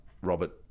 Robert